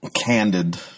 candid